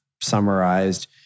summarized